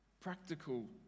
Practical